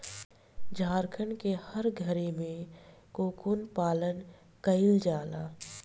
झारखण्ड के हर घरे में कोकून पालन कईला जाला